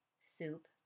soup